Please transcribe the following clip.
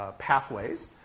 ah pathways,